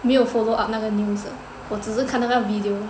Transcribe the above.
没有 follow up 那个 news 了我只是看那个 video